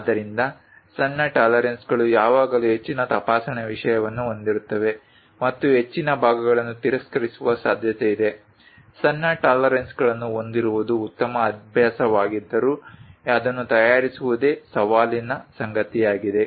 ಆದ್ದರಿಂದ ಸಣ್ಣ ಟಾಲರೆನ್ಸ್ಗಳು ಯಾವಾಗಲೂ ಹೆಚ್ಚಿನ ತಪಾಸಣೆ ವಿಷಯವನ್ನು ಹೊಂದಿರುತ್ತವೆ ಮತ್ತು ಹೆಚ್ಚಿನ ಭಾಗಗಳನ್ನು ತಿರಸ್ಕರಿಸುವ ಸಾಧ್ಯತೆಯಿದೆ ಸಣ್ಣ ಟಾಲರೆನ್ಸ್ಗಳನ್ನು ಹೊಂದಿರುವುದು ಉತ್ತಮ ಅಭ್ಯಾಸವಾಗಿದ್ದರು ಅದನ್ನು ತಯಾರಿಸುವುದೇ ಸವಾಲಿನ ಸಂಗತಿಯಾಗಿದೆ